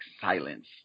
silence